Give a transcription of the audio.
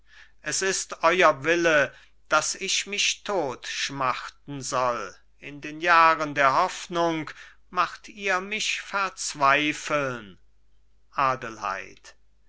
es ist euer wille daß ich mich totschmachten soll in den jahren der hoffnung macht ihr mich verzweifeln adelheid